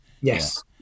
yes